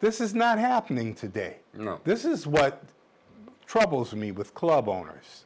this is not happening today you know this is what troubles me with club owners